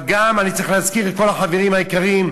אבל אני גם צריך להזכיר את כל החברים היקרים,